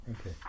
Okay